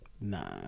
Nah